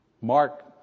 Mark